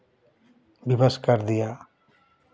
विवश कर दिया